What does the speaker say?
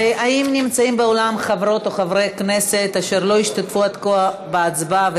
האם נמצאים באולם חברות או חברי כנסת אשר לא השתתפו עד כה בהצבעה,